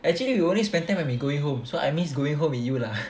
actually you only spend time when we going home so I miss going home with you lah